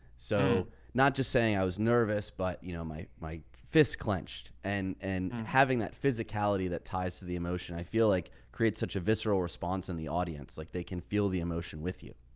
so not just saying i was nervous, but you know, my, my fists clenched. and, and having that physicality that ties to the emotion, i feel like creates such a visceral response in the audience. like they can feel the emotion with you.